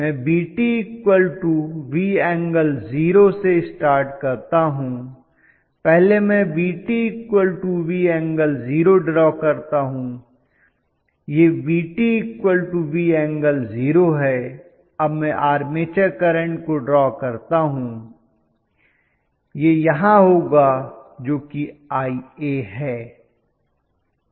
मैं VtV∠0° से स्टार्ट करता हूं पहले मैं VtV∠0° ड्रॉ करता हूं यह VtV∠0° है अब मैं आर्मेचर करंट को ड्रॉ करता हूं यह यहां होगा जो कि Ia है